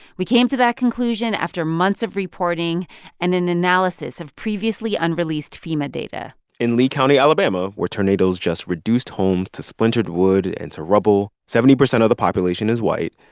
we came to that conclusion after months of reporting and an analysis of previously unreleased fema data in lee county, ala, where tornadoes just reduced homes to splintered wood and to rubble, seventy percent of the population is white,